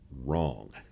wrong